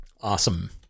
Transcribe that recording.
Awesome